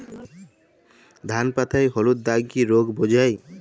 ধান পাতায় হলুদ দাগ কি রোগ বোঝায়?